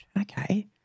okay